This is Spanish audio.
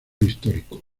histórico